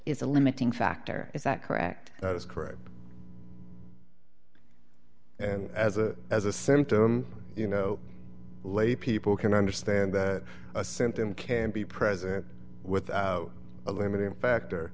is a limiting factor is that correct that is correct and as a as a symptom you know laypeople can understand that a symptom can be present without a limiting factor